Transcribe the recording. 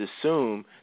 assume